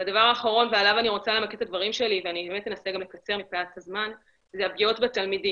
הדבר האחרון ועליו אני רוצה למקד את הדברים זה הפגיעות בתלמידים.